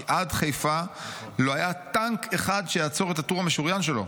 כי עד חיפה לא היה טנק אחד שיעצור את הטור המשוריין שלו.